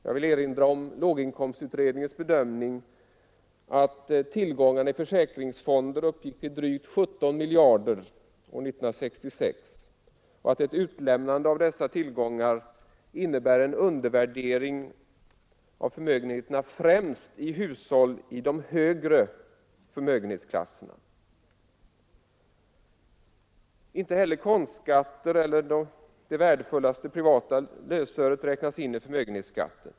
Jag vill erinra om låginkomstutredningens bedömning att tillgångarna i försäkringsfonder 1966 uppgick till drygt 17 miljarder och att ett utelämnande av dessa tillgångar innebär en undervärdering av förmögenheterna främst i hushåll i de högre förmögenhetsklasserna. Inte heller konstskatter eller det värdefullaste privata lösöret räknas in i förmögenhetsskatten.